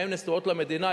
עיניהם נשואות למדינה,